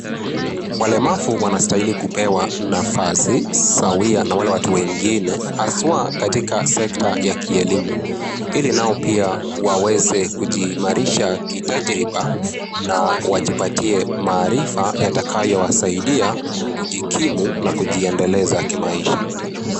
Walemavu wanastahili kupewa nafasi sawia na wale watu wengine, haswa katika sekta ya kielimu, ili nao pia waweze kujiimarisha kitajiriba na wajipatia maarifa yatakayo wasaidia kujikimu na kujiendeleza kimaisha.